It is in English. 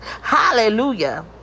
Hallelujah